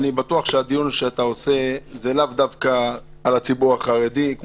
אני בטוח שהדיון שאתה עושה הוא לאו דווקא על הציבור החרדי,